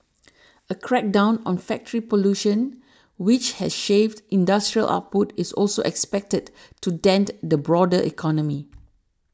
a crackdown on factory pollution which has shaved industrial output is also expected to dent the broader economy